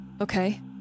okay